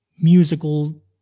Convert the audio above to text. musical